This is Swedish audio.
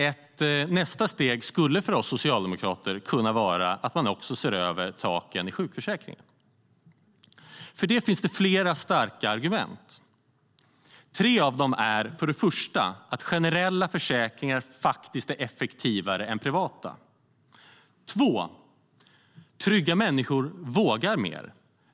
Ett nästa steg skulle för oss socialdemokrater kunna vara att se över taken i sjukförsäkringen. För det finns det flera starka argument, och jag ska nämna tre. Trygga människor vågar mer.